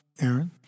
Aaron